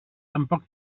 tampoc